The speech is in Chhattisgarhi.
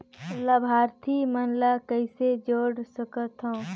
लाभार्थी मन ल कइसे जोड़ सकथव?